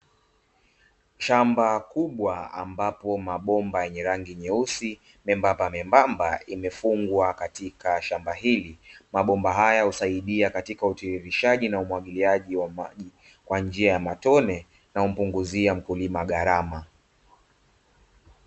Shamba kubwa ambapo mabomba yenye rangi nyeusi miembamba miembamba, imefungwa katika shamba hili. Mabomba haya husaidia katika utiririshaji na umwagiliaji wa maji kwa njia ya matone na humpunguzia mkulima gharama.